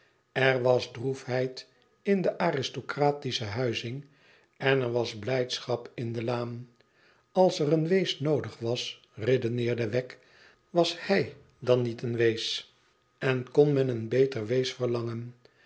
r was droefheid in de aristocratische huizing en er was blijdschap in de laan als er een wees noodig was redeneerde wegg was hij dan niet een wees en kon men een beter wees verlangen